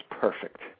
perfect